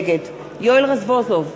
נגד יואל רזבוזוב,